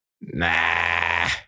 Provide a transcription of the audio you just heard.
Nah